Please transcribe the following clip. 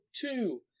two